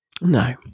No